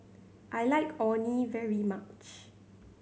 I like Orh Nee very much